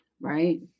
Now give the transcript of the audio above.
Right